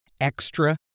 extra